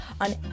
on